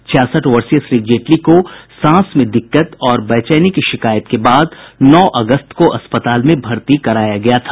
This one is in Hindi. छियासठ वर्षीय श्री जेटली को सांस लेने में दिक्कत और बेचैनी की शिकायत के बाद नौ अगस्त को अस्पताल में भर्ती कराया गया था